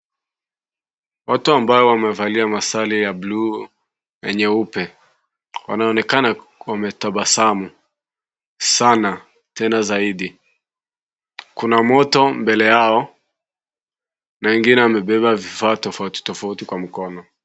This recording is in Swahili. Watu ambao wamevalia masare ya (cs)blue(cs), na nyeupe, wanaonekana wametabasamu, sana, tena zaidi, kuna moto mbele yao, wengine wamebeba vifaa tofauti tofauti kwa mkono.